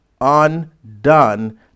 undone